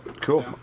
cool